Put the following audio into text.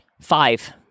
five